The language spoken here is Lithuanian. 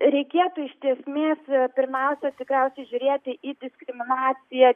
reikėtų iš esmės pirmiausia tikriausiai žiūrėti į diskriminaciją